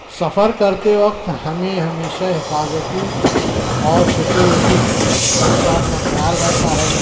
سفر کرتے وقت ہمیں ہمیشہ حفاظتی اور سکیورٹی خدشات کا خیال رہتا ہے